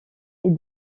est